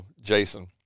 jason